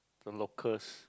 the locals